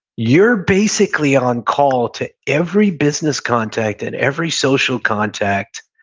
you're basically on-call to every business contact and every social contact